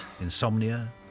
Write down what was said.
insomnia